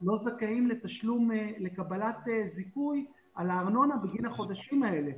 לא זכאים לקבלת זיכוי על הארנונה בגין החודשים האלה.